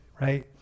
right